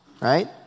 Right